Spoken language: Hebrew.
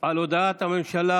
הממשלה,